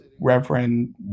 Reverend